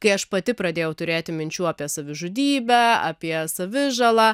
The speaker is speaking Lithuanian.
kai aš pati pradėjau turėti minčių apie savižudybę apie savi žala